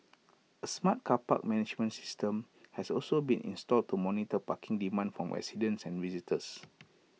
A smart car park management system has also been installed to monitor parking demand from residents and visitors